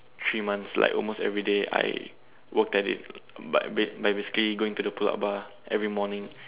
three months like almost everyday I worked at it but by by basically going to the pull up bar every morning